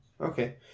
Okay